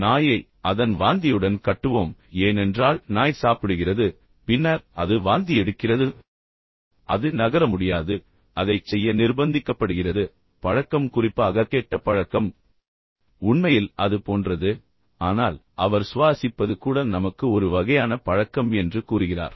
நாயை அதன் வாந்தியுடன் கட்டுவோம் ஏனென்றால் நாய் சாப்பிடுகிறது பின்னர் அது வாந்தி எடுக்கிறது அது நகர முடியாது பின்னர் அதைச் செய்ய நிர்பந்திக்கப்படுகிறது எனவே பழக்கம் குறிப்பாக கெட்ட பழக்கம் உண்மையில் அது போன்றது ஆனால் அவர் சுவாசிப்பது கூட நமக்கு ஒரு வகையான பழக்கம் என்று கூறுகிறார்